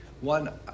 one